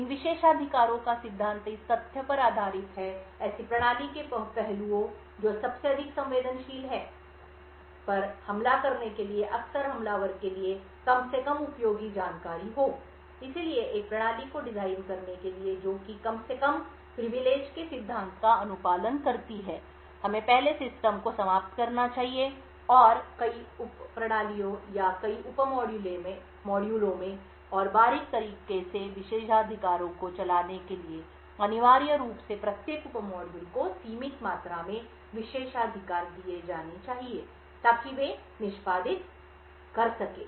इन विशेषाधिकारों का सिद्धांत इस तथ्य पर आधारित है ऐसी प्रणाली के पहलुओं जो सबसे अधिक संवेदनशील है पर हमला करने के लिए अक्सर हमलावर के लिए कम से कम उपयोगी जानकारी हो इसलिए एक प्रणाली को डिजाइन करने के लिए जो कि कम से कम प्रिविलेज के सिद्धांत का अनुपालन करती है हमें पहले सिस्टम को समाप्त करना चाहिए और कई उप प्रणालियों या कई उप मॉड्यूलों में और बारीक तरीके से विशेषाधिकारों को चलाने के लिए अनिवार्य रूप से प्रत्येक उप मॉड्यूलों को सीमित मात्रा में विशेषाधिकार दिए जाने चाहिए ताकि वे निष्पादित कर सकें